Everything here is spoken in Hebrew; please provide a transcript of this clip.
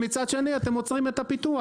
ומצד שני אתם עוצרים את הפיתוח.